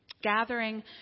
Gathering